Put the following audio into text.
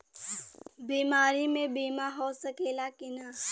बीमारी मे बीमा हो सकेला कि ना?